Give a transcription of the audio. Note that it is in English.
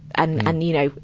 and, and, you know,